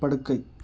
படுக்கை